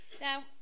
Now